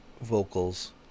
vocals